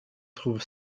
trouve